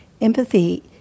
Empathy